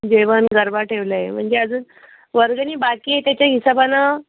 जेवण गरबा ठेवलं आहे म्हणजे अजून वर्गणी बाकी आहे त्याच्या हिसाबानं